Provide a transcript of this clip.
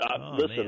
Listen